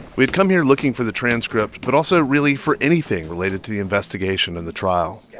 we'd come here looking for the transcript but also really for anything related to the investigation and the trial.